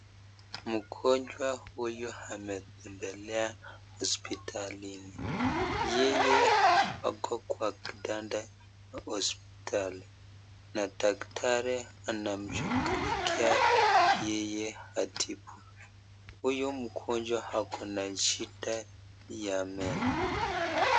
Mgonjwa huyu ametembelea hospitalini yeye ako Kwa kitanda ya hospitali na daktari anamshukulikia yeye atibu huyu mgonjwa akona shida ya ngombe.